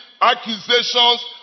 accusations